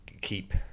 keep